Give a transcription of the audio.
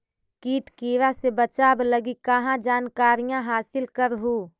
किट किड़ा से बचाब लगी कहा जानकारीया हासिल कर हू?